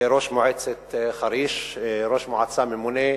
ראש מועצת חריש, ראש מועצה ממונה,